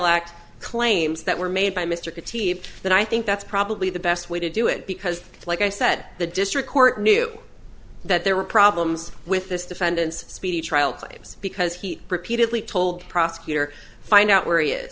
act claims that were made by mr conceived that i think that's probably the best way to do it because like i said the district court knew that there were problems with this defendant's speedy trial slaves because he repeatedly told prosecutor find out where he is